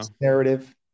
narrative